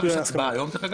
תהיה הצבעה היום, דרך אגב?